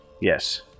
Yes